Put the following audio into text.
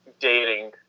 dating